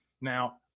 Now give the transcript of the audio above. Now